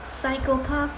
psychopath